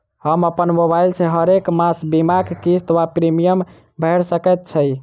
हम अप्पन मोबाइल सँ हरेक मास बीमाक किस्त वा प्रिमियम भैर सकैत छी?